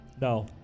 No